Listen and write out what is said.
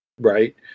right